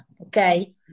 okay